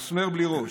מסמר בלי ראש,